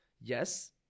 Yes